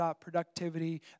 productivity